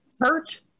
hurt